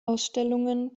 ausstellungen